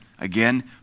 again